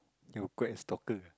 you quite stalker